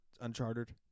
Uncharted